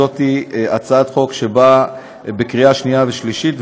זו הצעת חוק בקריאה שנייה ובקריאה שלישית,